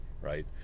right